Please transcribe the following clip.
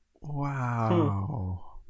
Wow